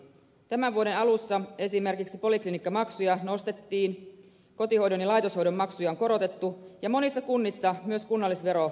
tämän vuoden alussa esimerkiksi poliklinikkamaksuja nostettiin kotihoidon ja laitoshoidon maksuja on korotettu ja monissa kunnissa myös kunnallisvero on noussut